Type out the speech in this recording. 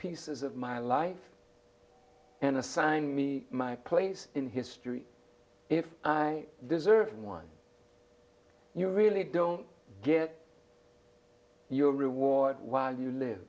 pieces of my life and assign me my place in history if i deserve one you really don't get your reward while you live